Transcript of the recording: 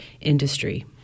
industry